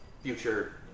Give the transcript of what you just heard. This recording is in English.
future